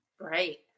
right